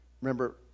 Remember